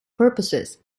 purposes